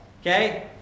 okay